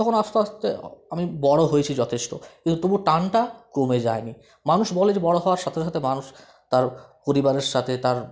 তখন আস্তে আস্তে আমি বড়ো হয়েছি যথেষ্ট কিন্তু তবু টানটা কমে যায়নি মানুষ বলে যে বড়ো হওয়ার সাথে সাথে মানুষ তার পরিবারের সাথে তার